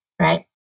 right